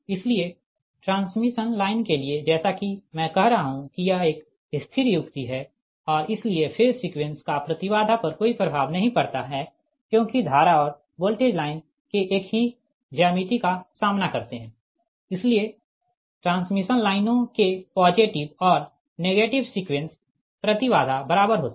इसलिए transmission line के लिए जैसा कि मैं कह रहा हूँ कि यह एक स्थिर युक्ति है और इसलिए फेज सीक्वेंस का प्रति बाधा पर कोई प्रभाव नहीं पड़ता है क्योंकि धारा और वोल्टेज लाइन के एक ही ज्यामिति का सामना करते है इसलिए ट्रांसमिशन लाइनों के पॉजिटिव और नेगेटिव सीक्वेंस प्रति बाधा बराबर होते है